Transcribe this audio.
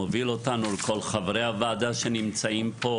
חברנו הטוב שמוביל אותנו;